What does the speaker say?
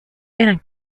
eran